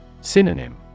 Synonym